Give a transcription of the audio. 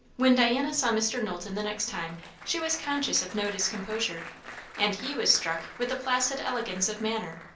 when diana saw mr. knowlton the next time, she was conscious of no discomposure and he was struck with the placid elegance of manner,